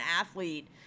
athlete